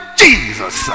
jesus